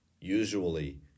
usually